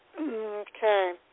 Okay